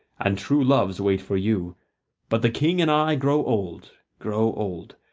and true love waits for you but the king and i grow old, grow old,